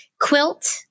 quilt